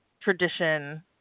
tradition